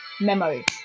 memory